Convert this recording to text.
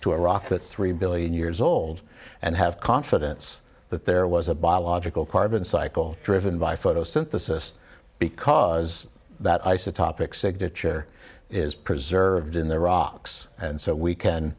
to iraq with three billion years old and have confidence that there was a biological carbon cycle driven by photosynthesis because that isotopic signature is preserved in the rocks and so we can